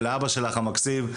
ולאבא שלך המקסים,